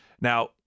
Now